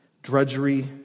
drudgery